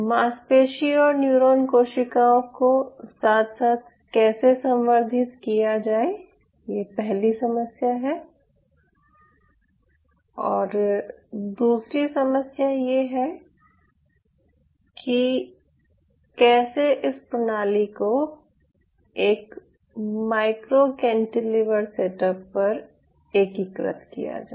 मांसपेशी और न्यूरॉन कोशिकाओं को साथ साथ कैसे संवर्धित किया जाये ये पहली समस्या है और दूसरी समस्या ये है कि कैसे इस प्रणाली को एक माइक्रो कैंटिलीवर सेटअप पर एकीकृत किया जाये